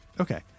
Okay